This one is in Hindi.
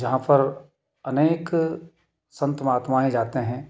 जहाँ पर अनेक संत महात्माएँ जाते हैं